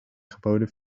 geboden